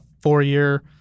four-year